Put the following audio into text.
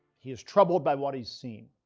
he is troubled by what he has seen.